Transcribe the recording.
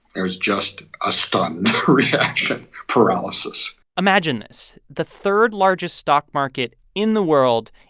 there was just a stunned reaction paralysis imagine this the third largest stock market in the world,